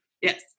Yes